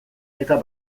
eta